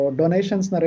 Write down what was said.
donations